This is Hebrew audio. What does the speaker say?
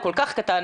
הוא כל כך קטן